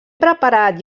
preparat